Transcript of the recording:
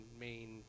main